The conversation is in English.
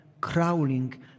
crawling